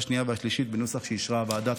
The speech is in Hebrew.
השנייה והשלישית בנוסח שאישרה הוועדה.